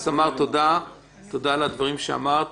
אז, ס'